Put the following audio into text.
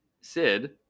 Sid